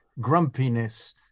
grumpiness